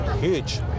huge